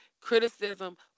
criticism